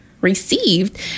received